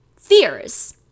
fears